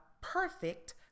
perfect